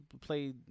play